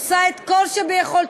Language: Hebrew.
עושה כל שביכולתה